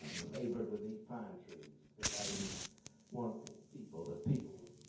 labored with these pine trees. cause i didn't wanna paint people, that people were